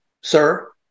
sir